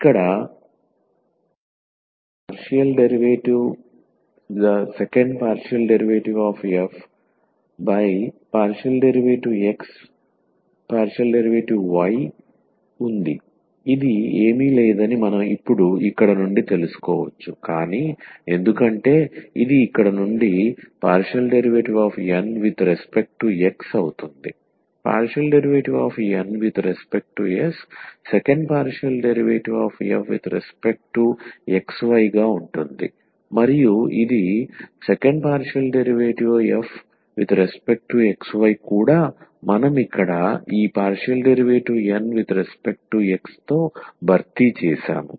ఇక్కడ ఈ 𝜕2f∂x∂y ఉంది ఇది ఏమీ లేదని మనం ఇప్పుడు ఇక్కడ నుండి తెలుసుకోవచ్చు కానీ ఎందుకంటే ఇది ఇక్కడ నుండి ∂N∂x అవుతుంది ∂N∂x 2f∂x∂y గా ఉంటుంది మరియు ఇది 2f∂x∂y కూడా మనం ఇక్కడ ఈ ∂N∂x తో భర్తీ చేసాము